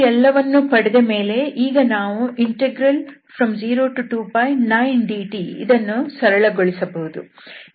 ಈ ಎಲ್ಲವನ್ನೂ ಪಡೆದ ಮೇಲೆ ಈಗ ನಾವು 02π9dt ಇದನ್ನು ಸರಳಗೊಳಿಸಬಹುದು